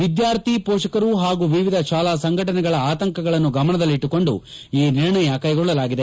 ವಿದ್ಯಾರ್ಥಿ ಪೋಷಕರು ಹಾಗೂ ವಿವಿಧ ಶಾಲಾ ಸಂಘಟನೆಗಳ ಆತಂಕಗಳನ್ನು ಗಮದಲ್ಲಿಟ್ಟುಕೊಂಡು ಈ ನಿರ್ಣಯ ಕೈಗೊಳ್ಳಲಾಗಿದೆ